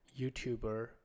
YouTuber